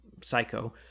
Psycho